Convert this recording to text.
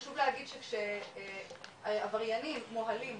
חשוב להגיד שעבריינים מוהלים,